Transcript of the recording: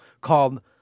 called